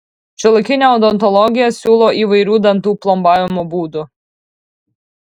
šiuolaikinė odontologija siūlo įvairių dantų plombavimo būdų